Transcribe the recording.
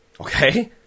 okay